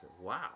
wow